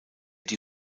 die